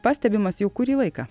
pastebimas jau kurį laiką